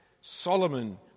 Solomon